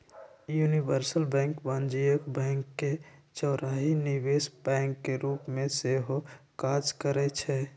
universal bank वाणिज्यिक bank के जौरही निवेश बैंक के रूप में सेहो काज करइ छै